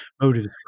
motives